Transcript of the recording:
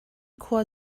khua